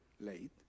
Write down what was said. late